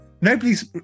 Nobody's